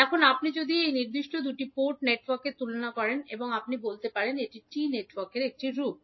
এখন আপনি যদি এই নির্দিষ্ট দুটি পোর্ট নেটওয়ার্কের তুলনা করেন আপনি বলতে পারেন এটি T নেটওয়ার্কের একটি রূপ